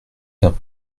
d’un